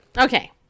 Okay